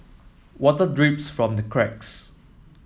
water drips from the cracks